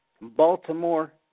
Baltimore